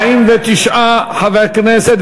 49 חברי כנסת,